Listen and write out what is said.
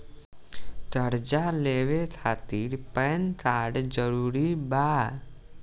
कर्जा लेवे खातिर पैन कार्ड जरूरी बा?